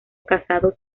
casados